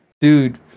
Dude